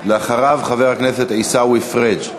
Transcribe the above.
אחריו, חבר הכנסת עיסאווי פריג'.